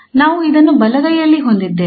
ಆದ್ದರಿಂದ ನಾವು ಇದನ್ನು ಬಲಗೈಯಲ್ಲಿ ಹೊಂದಿದ್ದೇವೆ